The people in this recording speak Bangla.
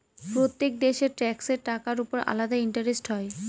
প্রত্যেক দেশের ট্যাক্সের টাকার উপর আলাদা ইন্টারেস্ট হয়